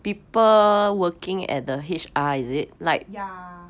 ya